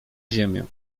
ziemię